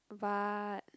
but